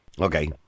okay